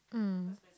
mm